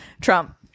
trump